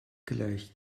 gleich